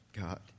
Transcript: God